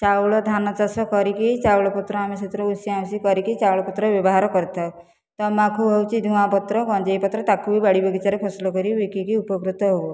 ଚାଉଳ ଧାନ ଚାଷ କରିକି ଚାଉଳ ପତ୍ର ଆମେ ସେଥିରୁ ଊଂସିଆଁ ଊଂସି କରିକି ଚାଉଳ ପତ୍ର ବ୍ୟବହାର କରିଥାଉ ତମ୍ବାଖୁ ହେଉଛି ଧୁଆଂ ପତ୍ର ଗଞ୍ଜେଇ ପତ୍ର ତାକୁ ବି ବାଡ଼ି ବଗିଚାରେ ଫସଲ କରି ବିକିକି ଉପକୃତ ହେଉ